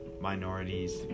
minorities